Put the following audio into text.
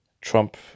Trump